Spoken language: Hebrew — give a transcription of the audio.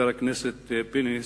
חבר הכנסת פינס,